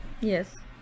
yes